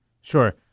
Sure